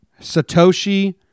Satoshi